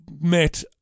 met